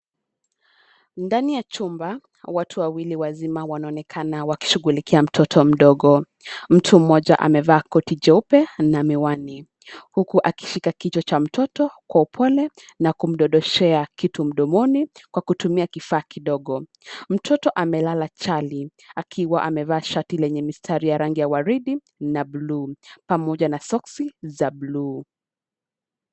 Ndani ya chumba watu wawili wazima wanaonekana wakishughulikia mtoto mdogo. Mtu mmoja amevaa koti jeupe na miwani, huku akishika kichwa cha mtoto kwa upole na kumdodoshea kitu mdomoni kwa kutumia kifaa kidogo. Mtoto amelala chali akiwa amevaa shati lenye mistari ya rangi ya waridi na buluu pamoja na soksi za buluu.